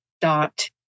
dot